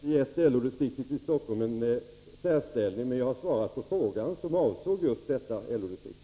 Herr talman! Jag har inte givit LO-distriktet i Stockholm någon särställning, men jag har svarat på frågan, som avsåg just detta LO-distrikt.